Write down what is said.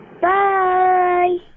Bye